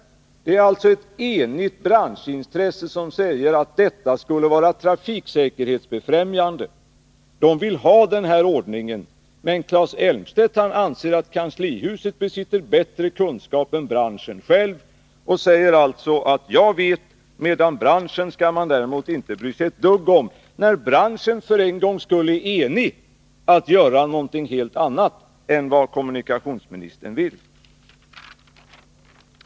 Det finns alltså ett enigt branschintresse bakom uttalandet att detta skulle vara trafiksäkerhetsbefrämjande. De vill ha den här ordningen. Men Claes Elmstedt anser att kanslihuset besitter bättre kunskaper än branschen. Han säger sig alltså veta, medan man inte skall bry sig ett dugg om branschen, trots att branschen för en gångs skull är enig — man vill göra någonting helt annat än vad kommunikationsministern vill.